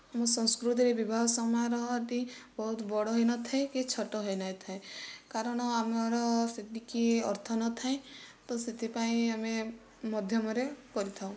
ମୁଁ ସଂସ୍କୃତିରେ ବିବାହ ସମାରୋହଟି ବହୁତ ବଡ଼ ହୋଇନଥାଏ କି ଛୋଟ ହୋଇନଥାଏ କାରଣ ଆମର ସେତିକି ଅର୍ଥ ନ ଥାଏ ତ ସେଥିପାଇଁ ଆମେ ମଧ୍ୟମରେ କରିଥାଉ